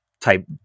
type